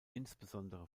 insbesondere